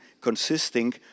consisting